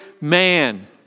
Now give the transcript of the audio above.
man